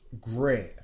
great